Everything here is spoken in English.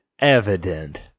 evident